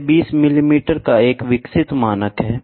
यह 20 मिलीमीटर का एक विकसित मानक है